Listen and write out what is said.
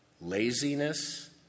Laziness